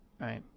Right